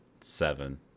seven